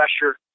pressure